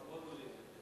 לכבוד הוא לי.